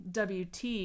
WT